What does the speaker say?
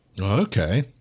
Okay